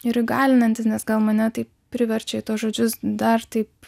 ir įgalinantis nes gal mane tai priverčia į tuos žodžius dar taip